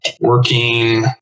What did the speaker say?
working